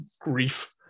grief